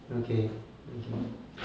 okay okay